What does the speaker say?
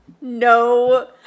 no